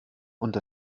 und